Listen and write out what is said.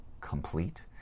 complete